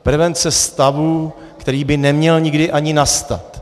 Prevence stavu, který by neměl nikdy ani nastat.